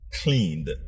cleaned